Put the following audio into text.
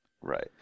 right